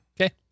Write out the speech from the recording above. Okay